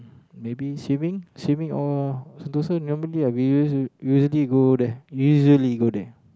maybe swimming swimming or Sentosa normally ah we usually we usually go there usually go there